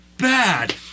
Bad